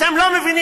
אתם לא מבינים.